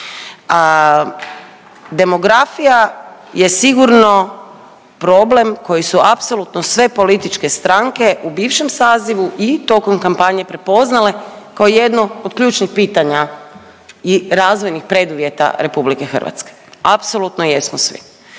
Demografija je sigurno problem koji su apsolutno sve političke stranke u bivšem sazivu i tokom kampanje prepoznale kao jedno od ključnih pitanja i razvojnih preduvjeta RH, apsolutno jesmo svi.